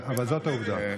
אבל זאת העובדה.